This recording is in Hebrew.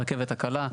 הרכבת הקלה,